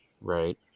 right